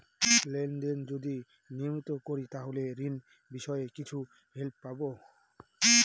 Lane দেন যদি নিয়মিত করি তাহলে ঋণ বিষয়ে কিছু হেল্প পাবো?